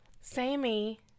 Sammy